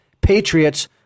Patriots